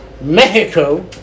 Mexico